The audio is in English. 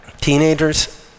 Teenagers